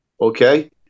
Okay